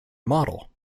model